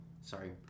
sorry